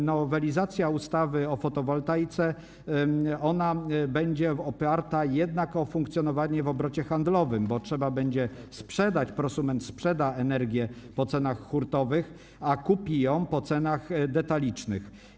Nowelizacja ustawy o fotowoltaice będzie oparta jednak na funkcjonowaniu w obrocie handlowym, bo trzeba będzie sprzedać, prosument sprzeda energię po cenach hurtowych, a kupi ją po cenach detalicznych.